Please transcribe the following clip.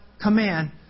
command